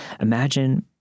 imagine